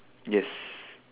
yes